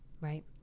right